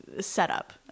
setup